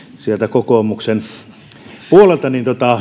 kokoomuksen puolelta